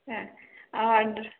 হ্যাঁ আর